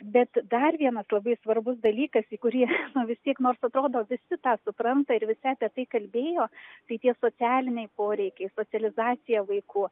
bet dar vienas labai svarbus dalykas į kurį nu vis tiek nors atrodo visi tą supranta ir visi apie tai tai tie socialiniai poreikiai socializacija vaikų